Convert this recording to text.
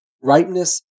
Ripeness